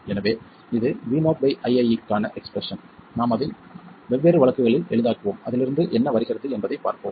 எனவே இது voii க்கான எக்ஸ்பிரஸ்ஸன் நாம் அதை வெவ்வேறு வழிகளில் எளிதாக்குவோம் அதிலிருந்து என்ன வருகிறது என்பதைப் பார்ப்போம்